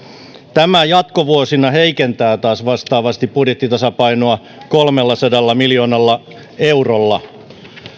tämä jatkovuosina heikentää taas vastaavasti budjettitasapainoa kolmellasadalla miljoonalla eurolla